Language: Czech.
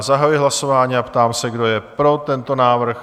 Zahajuji hlasování a ptám se, kdo je pro tento návrh?